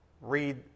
read